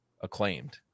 acclaimed